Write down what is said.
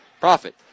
Profit